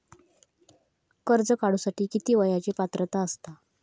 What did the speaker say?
कर्ज काढूसाठी किती वयाची पात्रता असता?